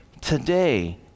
today